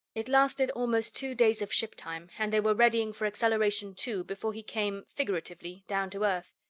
it lasted almost two days of shiptime, and they were readying for acceleration two, before he came, figuratively, down to earth.